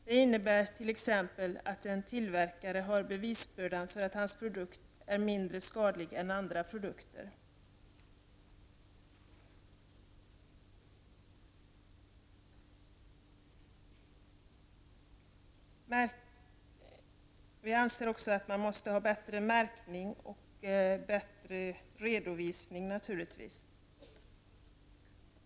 Det innebär t.ex. att en tillverkare har bevisbördan för att hans produkt är mindre skadlig än andra produkter. Vi anser också att det skall vara en bättre märkning och redovisning av produkters skadlighet.